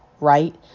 right